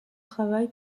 travail